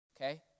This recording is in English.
okay